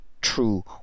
true